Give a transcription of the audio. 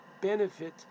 benefit